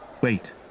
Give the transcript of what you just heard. Wait